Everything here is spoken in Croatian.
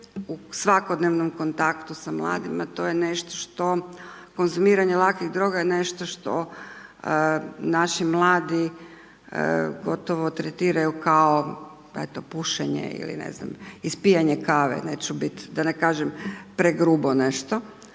u svakodnevnom kontaktu sa mladima, to je nešto što, konzumiranje lakih droga je nešto što naši mladi gotovo tretiraju kao eto pušenje ili ne znam ispijanje kave, neću biti, da ne kažem pregrubo nešto